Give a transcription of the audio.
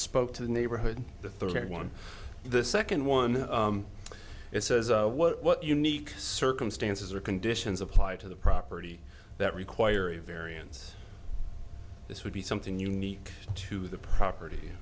spoke to the neighborhood the third one the second one it says what unique circumstances are conditions apply to the property that require a variance this would be something unique to the property